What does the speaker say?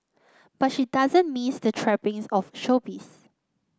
but she doesn't miss the trappings of showbiz